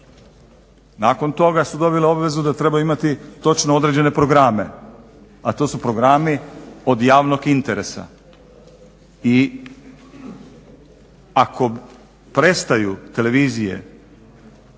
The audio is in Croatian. Nakon toga su dobile obvezu da trebaju imati točno određene programe, a to su programi od javnog interesa i ako prestaju televizije,